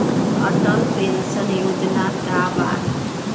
Atal pension योजना का बा?